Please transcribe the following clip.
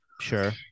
sure